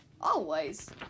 Always